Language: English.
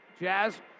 Jazz